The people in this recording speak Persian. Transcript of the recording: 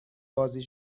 بازی